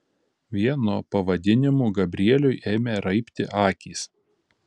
vien nuo pavadinimų gabrieliui ėmė raibti akys